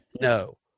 No